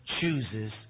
chooses